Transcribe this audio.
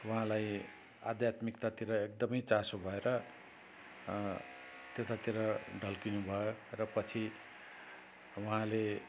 उहाँलाई आध्यात्मिकातातिर एकदमै चासो भएर त्यतातिर ढल्किनुभयो र पछि उहाँले